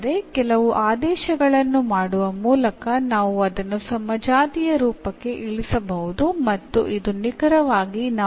പക്ഷേ ചില സബ്സ്റ്റിറ്റ്യൂഷൻസ് ചെയ്യുന്നതിലൂടെ നമുക്ക് അതിനെ ഹോമോജീനിയസ് രൂപത്തിലേക്ക് മാറ്റാൻ കഴിയും